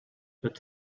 but